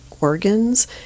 organs